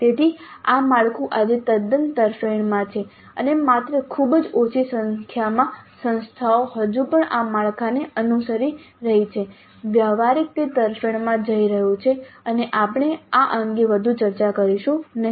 તેથી આ માળખું આજે તદ્દન તરફેણમાં છે અને માત્ર ખૂબ જ ઓછી સંખ્યામાં સંસ્થાઓ હજુ પણ આ માળખાને અનુસરી રહી છે વ્યવહારીક તે તરફેણમાં જઈ રહ્યું છે અને આપણે આ અંગે વધુ ચર્ચા કરીશું નહીં